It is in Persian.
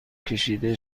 کشیده